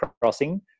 crossing